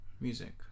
music